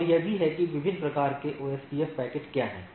और यह भी है कि विभिन्न प्रकार के ओएसपीएफ पैकेट क्या हैं